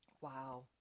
Wow